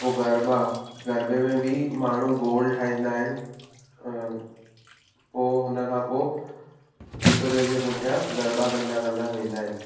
पोइ गरबा गरबे में बि माण्हू गोल ठाहींदा आहिनि अ पोइ उनखां पोइ हिक ॿिए जे पुठियां गरबा कंदा कंदा वेंदा आहिनि